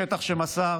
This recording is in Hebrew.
שטח שמסר